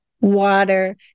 water